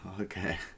Okay